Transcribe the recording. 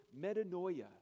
metanoia